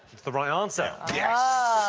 it's the right answer. yeah